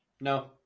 No